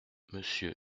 monsieur